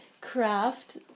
craft